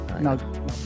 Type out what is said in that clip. No